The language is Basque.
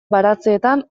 baratzeetan